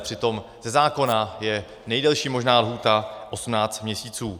Přitom ze zákona je nejdelší možná lhůta 18 měsíců.